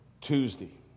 Tuesday